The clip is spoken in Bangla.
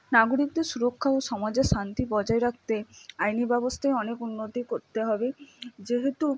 নাগরিকদের সুরক্ষা ও সমাজের শান্তি বজায় রাখতে আইনি ব্যবস্থায় অনেক উন্নতি করতে হবে যেহেতু